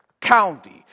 county